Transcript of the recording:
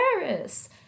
Paris